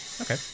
Okay